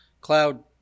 cloud